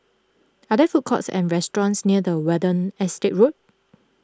are there food courts or restaurants near the Watten Estate Road